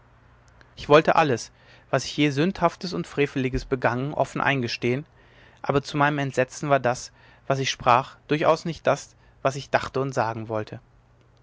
ich wollte alles was ich je sündhaftes und freveliges begangen offen eingestehen aber zu meinem entsetzen war das was ich sprach durchaus nicht das was ich dachte und sagen wollte